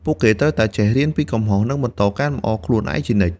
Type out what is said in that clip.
ពួកគេត្រូវតែចេះរៀនពីកំហុស និងបន្តកែលម្អខ្លួនឯងជានិច្ច។